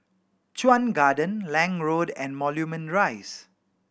Chuan Garden Lange Road and Moulmein Rise